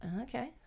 Okay